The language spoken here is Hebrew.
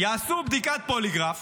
יעשו בדיקת פוליגרף